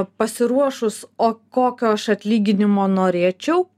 pasiruošus o kokio aš atlyginimo norėčiau